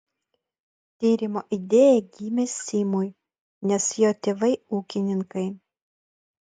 tyrimo idėja gimė simui nes jo tėvai ūkininkai